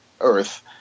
Earth